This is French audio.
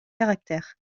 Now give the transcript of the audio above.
caractères